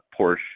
Porsche